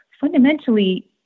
fundamentally